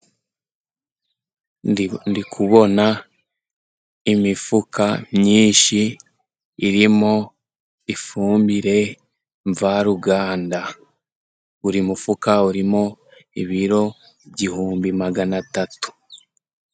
Ndikubona imifuka myinshi irimo ifumbire mvaruganda, buri mufuka urimo ibiro igihumbi magana atatu.